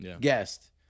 guest